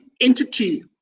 entity